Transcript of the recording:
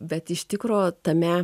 bet iš tikro tame